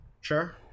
Sure